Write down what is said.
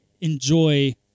enjoy